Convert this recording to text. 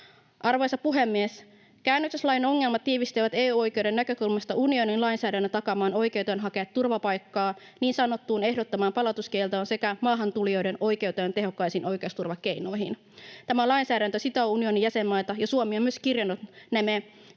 Arvoisa puhemies! Käännytyslain ongelmat tiivistyvät EU-oikeuden näkökulmasta unionin lainsäädännön takaamaan oikeuteen hakea turvapaikkaa, niin sanottuun ehdottomaan palautuskieltoon sekä maahantulijoiden oikeuteen tehokkaisiin oikeusturvakeinoihin. Tämä lainsäädäntö sitoo unionin jäsenmaita, ja Suomi on myös kirjannut ne